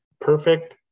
perfect